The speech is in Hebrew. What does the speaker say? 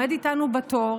עומד איתנו בתור,